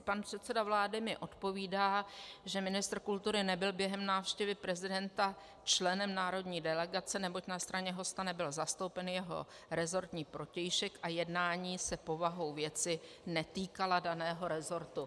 Pan předseda vlády mi odpovídá, že ministr kultury nebyl během návštěvy prezidenta členem národní delegace, neboť na straně hosta nebyl zastoupen jeho resortní protějšek a jednání se povahou věci netýkala daného resortu.